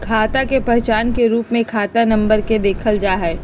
खाता के पहचान के रूप में खाता नम्बर के देखल जा हई